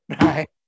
Right